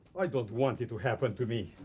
i don't want it to happen to me.